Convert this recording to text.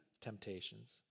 temptations